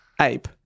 ape